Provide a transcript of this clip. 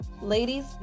Ladies